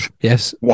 yes